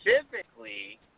specifically